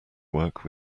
work